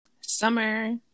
Summer